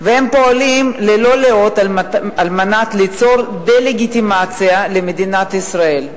והם פועלים ללא לאות על מנת ליצור דה-לגיטימציה למדינת ישראל,